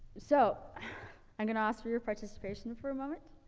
so i'm gonna ask for your participation for a moment.